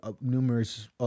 numerous